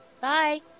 Bye